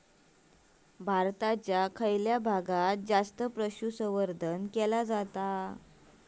भारताच्या खयच्या भागात जास्त पशुसंवर्धन केला जाता?